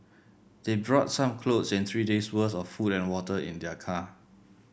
they brought some clothes and three days' worth of food and water in their car